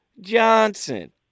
Johnson